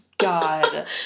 God